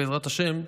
בעזרת השם,